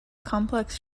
complex